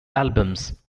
albums